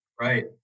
Right